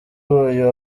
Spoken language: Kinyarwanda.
uyu